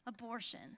abortion